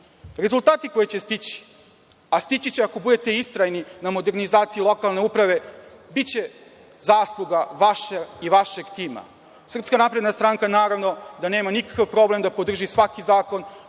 rezultati koji će stići, a stići će ako budete istrajni na modernizaciji lokalne uprave, biće zasluga vaša i vašeg tima. Srpska napredna stranka naravno da nema nikakav problem da podrži svaki zakon